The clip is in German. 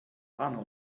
arno